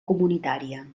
comunitària